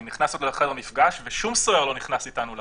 אני נכנס לחדר מפגש, ושום סוהר לא נכנס אתנו לחדר,